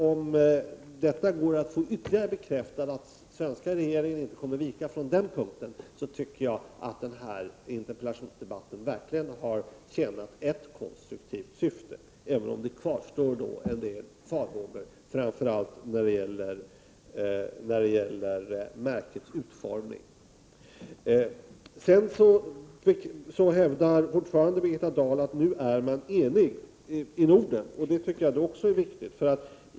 Om det går att ytterligare bekräfta att den svenska regeringen inte skall vika på denna punkt, tycker jag att denna interpellationsdebatt verkligen har tjänat ett konstruktivt syfte — även om det kvarstår en del farhågor framför allt när det gäller märkets utformning. Birgitta Dahl hävdar fortfarande att man nu är enig i Norden. Det tycker jag också är viktigt.